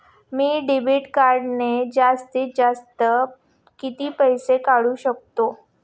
मी debit कार्डने जास्तीत जास्त किती पैसे काढू शकतो?